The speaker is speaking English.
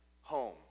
home